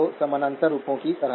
RL प्राप्त होता है